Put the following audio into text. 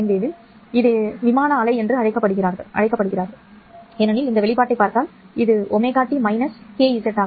இதை ஏன் விமான அலை என்று அழைக்கிறார்கள் ஏனெனில் இந்த வெளிப்பாட்டைப் பார்த்தால் இந்த ω t kz